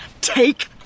Take